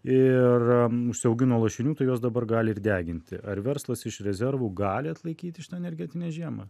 ir užsiaugino lašinių tai juos dabar gali ir deginti ar verslas iš rezervų gali atlaikyti šitą energetinę žiemą